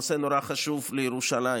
נושא נורא חשוב לירושלים,